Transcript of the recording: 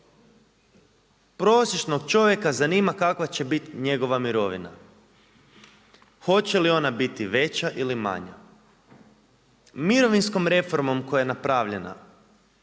Prosječnog čovjeka zanima kakva će biti njegova mirovina, hoće li ona biti veća ili manja. Mirovinskom reformom koja je napravljena